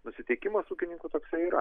nusiteikimas ūkininkų toksai yra